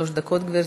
שלוש דקות, גברתי.